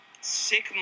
sick